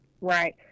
Right